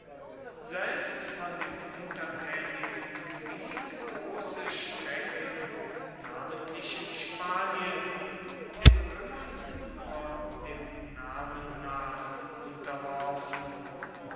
selbst von dem untertänigen gebiet große strecken namentlich in spanien den römern nur dem namen nach unterworfen